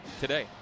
today